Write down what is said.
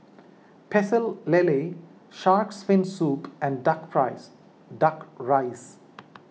Pecel Lele Shark's Fin Soup and Duck Duck Rice